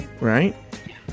right